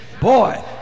Boy